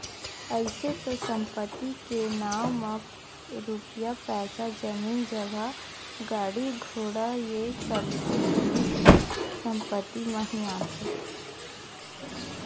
अइसे तो संपत्ति के नांव म रुपया पइसा, जमीन जगा, गाड़ी घोड़ा ये सब्बो जिनिस ह संपत्ति म ही आथे